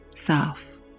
Self